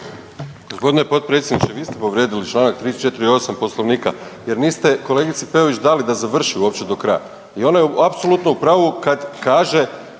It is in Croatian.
Gospodine potpredsjedniče vi ste povrijedili Članak 348. Poslovnika jer niste kolegici Peović dali da završi uopće do kraja i ona je apsolutno u pravu kad kaže